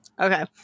Okay